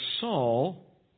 Saul